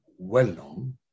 well-known